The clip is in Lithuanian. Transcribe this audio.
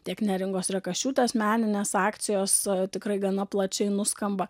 tiek neringos rekašiūtės meninės akcijos tikrai gana plačiai nuskamba